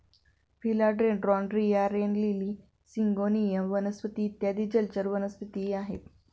फिला dendron, रिया, rain lily, syngonium वनस्पती इत्यादी जलचर वनस्पतीही आहेत